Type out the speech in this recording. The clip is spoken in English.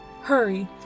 hurry